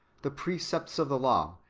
the precepts of the law,